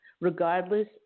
regardless